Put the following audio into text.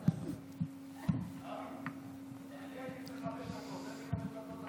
תן לי חמש דקות,